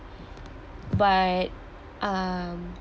but um